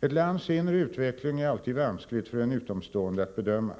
Ett lands inre utveckling är alltid vanskligt för en utomstående att bedöma.